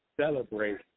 celebrate